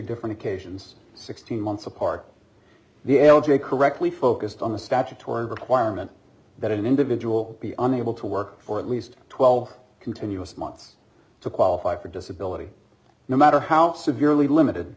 different occasions sixteen months apart the l g a correctly focused on the statutory requirement that an individual be unable to work for at least twelve continuous months to qualify for disability no matter how severely limited